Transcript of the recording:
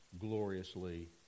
gloriously